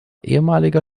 ehemaliger